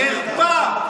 חרפה.